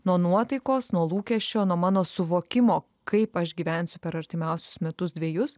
nuo nuotaikos nuo lūkesčio nuo mano suvokimo kaip aš gyvensiu per artimiausius metus dvejus